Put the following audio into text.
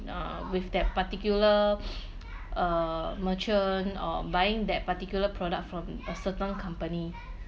uh with that particular err merchant or buying that particular product from a certain company